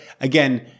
again